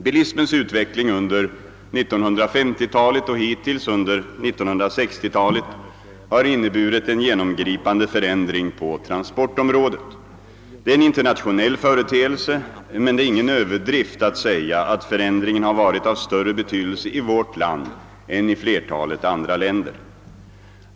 Bilismens utveckling under 1950-talet och hittills under 1960-talet har inneburit en genomgripande förändring på transportområdet. Det är en internationell företeelse, men det är ingen överdrift att säga att förändringen har varit av större betydelse i vårt land än i flertalet andra länder.